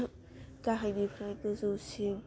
गाहायनिफ्राय गोजौसिम